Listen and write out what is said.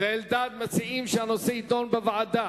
ואלדד מציעים שהנושא יידון בוועדה.